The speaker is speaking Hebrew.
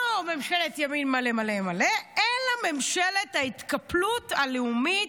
ממשלת ימין מלא מלא אלא ממשלת ההתקפלות הלאומית,